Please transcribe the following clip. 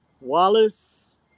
Wallace